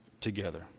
together